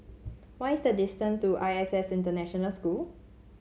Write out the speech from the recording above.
what is the distance to I S S International School